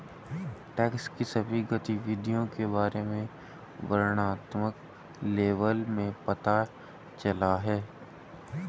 tax की सभी गतिविधियों के बारे में वर्णनात्मक लेबल में पता चला है